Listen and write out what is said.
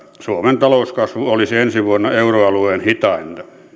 suomen talouskasvu olisi ensi vuonna euroalueen hitainta